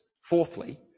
fourthly